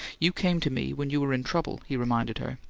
you came to me when you were in trouble, he reminded her.